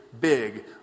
big